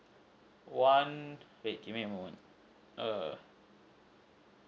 one wait give me a moment err